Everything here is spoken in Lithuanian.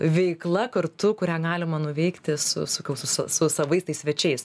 veikla kartu kurią galima nuveikti su sakau su su savais tais svečiais